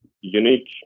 unique